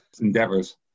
endeavors